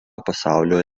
pasaulio